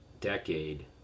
decade